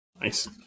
Nice